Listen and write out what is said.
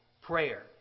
prayer